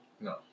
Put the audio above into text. No